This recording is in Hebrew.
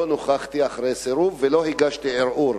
לא נכחתי אחרי הסירוב ולא הגשתי ערעור.